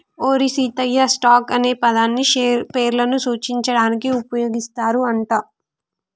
ఓరి సీతయ్య, స్టాక్ అనే పదాన్ని పేర్లను సూచించడానికి ఉపయోగిస్తారు అంట